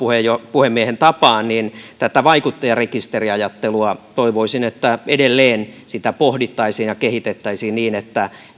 puhemiehen tapaan tätä vaikuttajarekisteriajattelua toivoisin että edelleen sitä pohdittaisiin ja kehitettäisiin niin että